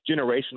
generational